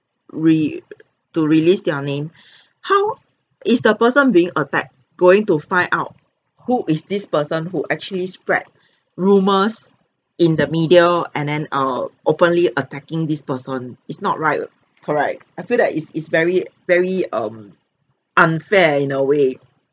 rel~ to release their name how is the person being attacked going to find out who is this person who actually spread rumours in the media and then err openly attacking this person is not right r~ correct I feel that is is very very um unfair in a way